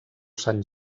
sant